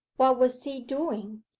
what was he doing?